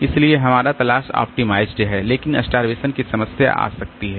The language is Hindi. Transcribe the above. इसलिए हमारा तलाश ऑप्टिमाइज्ड है लेकिन स्टार्वेशन की समस्या आ सकती है